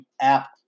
app